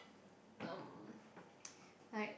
um like